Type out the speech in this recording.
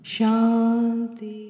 Shanti